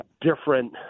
different